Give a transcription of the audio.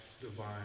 divine